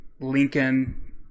Lincoln